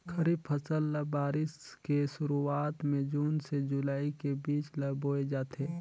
खरीफ फसल ल बारिश के शुरुआत में जून से जुलाई के बीच ल बोए जाथे